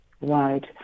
Right